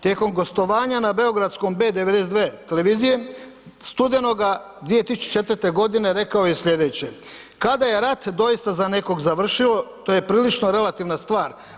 Tijekom gostovanja na beogradskom B92 televizije studenoga 2004. godine rekao je sljedeće: „Kada je rat doista za nekoga završio to je prilično relativna stvar.